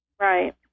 Right